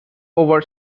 over